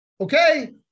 Okay